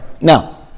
now